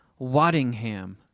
Waddingham